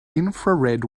infrared